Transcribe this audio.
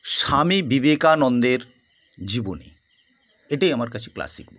স্বামী বিবেকানন্দের জীবনী এটাই আমার কাছে ক্লাসিক বই